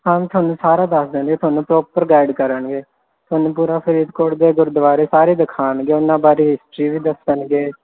ਹਾਂਜੀ ਤੁਹਾਨੂੰ ਸਾਰਾ ਦੱਸ ਦੇਣਗੇ ਤੁਹਾਨੂੰ ਪ੍ਰੋਪਰ ਗਾਈਡ ਕਰਨਗੇ ਤੁਹਾਨੂੰ ਪੂਰਾ ਫਰੀਦਕੋਟ ਦੇ ਗੁਰਦੁਆਰੇ ਸਾਰੇ ਦਿਖਾਉਣਗੇ ਉਹਨਾਂ ਬਾਰੇ ਹਰ ਇੱਕ ਚੀਜ਼ ਦੱਸਣਗੇ